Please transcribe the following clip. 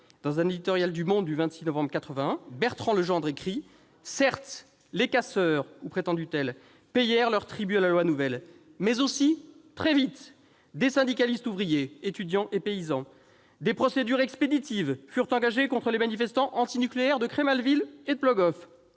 Dans un éditorial du du 26 novembre 1981, Bertrand Le Gendre écrit :« Certes, les casseurs-ou prétendus tels -payèrent leur tribut à la loi nouvelle, mais aussi, très vite, des syndicalistes ouvriers, étudiants et paysans. Des procédures expéditives furent engagées contre les manifestants antinucléaires de Creys-Malville et de Plogoff.